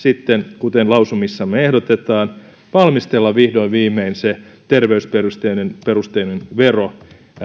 sitten kuten lausumissamme ehdotetaan valmistella vihdoin viimein se terveysperusteinen vero